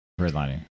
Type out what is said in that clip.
Redlining